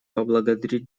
поблагодарить